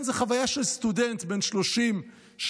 כן, זו חוויה של סטודנט בן 30 שפשוט